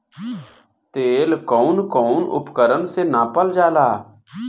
तेल कउन कउन उपकरण से नापल जाला?